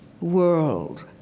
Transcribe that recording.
world